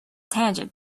tangent